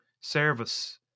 service